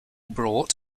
brought